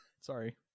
Sorry